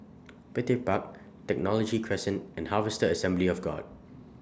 Petir Park Technology Crescent and Harvester Assembly of God